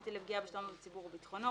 משמעותי לפגיעה בשלום הציבור או ביטחונו,